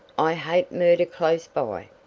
i hate murder close by.